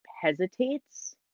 hesitates